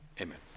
Amen